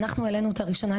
ואנחנו העלינו אותה ראשונה,